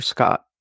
Scott